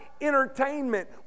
entertainment